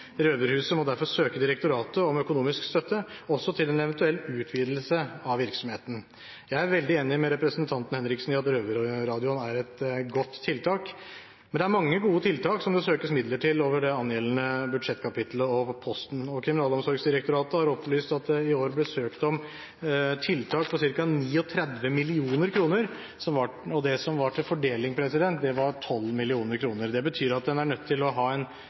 Røverhuset må derfor søke direktoratet om økonomisk støtte, også til en eventuell utvidelse av virksomheten. Jeg er veldig enig med representanten Henriksen i at Røverradioen er et godt tiltak. Men det er mange gode tiltak som det søkes midler til over det angjeldende budsjettkapitlet og posten. Kriminalomsorgsdirektoratet har opplyst at det i år ble søkt om tiltak for ca. 39 mill. kr, og det som var til fordeling, var 12 mill. kr. Det betyr at en er nødt til å ha en